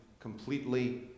completely